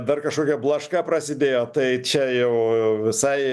dar kažkokia blaška prasidėjo tai čia jau visai